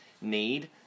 need